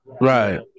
Right